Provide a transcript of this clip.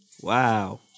Wow